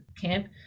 camp